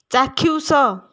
ଚାକ୍ଷୁଷ